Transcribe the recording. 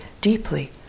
deeply